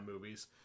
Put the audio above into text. movies